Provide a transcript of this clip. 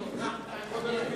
רע"ם-תע"ל.